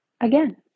again